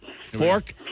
fork